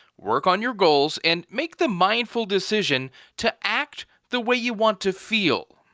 work on your goals and make the mindful decision to act the way you want to feel.